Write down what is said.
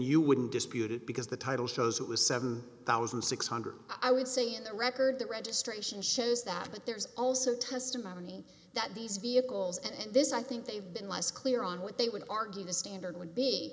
you wouldn't dispute it because the title says it was seven thousand six hundred i would say in the record the registration shows that but there's also testimony that these vehicles and this i think they've been less clear on what they would argue the standard would be